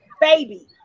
baby